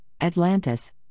Atlantis